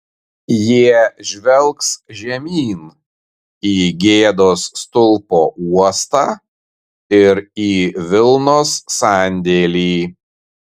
jie žvelgs žemyn į gėdos stulpo uostą ir į vilnos sandėlį